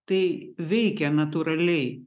tai veikia natūraliai